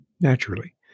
Naturally